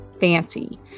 Fancy